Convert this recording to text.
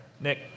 Nick